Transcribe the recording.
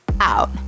out